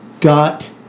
got